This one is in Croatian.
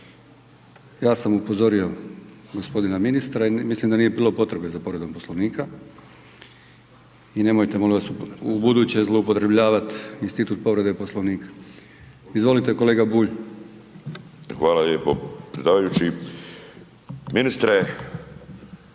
ja sam upozorio g. ministra i mislim da nije bilo potrebe za povredom Poslovnika i nemojte molim vas ubuduće zloupotrebljavat institut povrede Poslovnika. Izvolite kolega Bulj. **Bulj, Miro